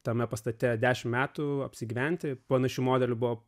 tame pastate dešim metų apsigyventi panašių modelių buvo